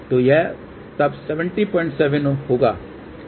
तो यह तब 707 होगा